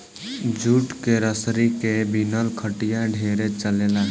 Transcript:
jute के रसरी के बिनल खटिया ढेरे चलेला